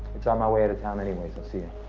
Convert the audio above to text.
it's on my way out of town anyways. i'll see you.